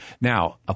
Now